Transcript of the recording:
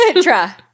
Try